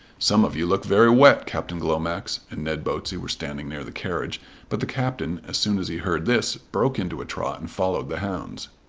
some of you look very wet. captain glomax and ned botsey were standing near the carriage but the captain as soon as he heard this, broke into a trot and followed the hounds.